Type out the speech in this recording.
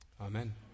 Amen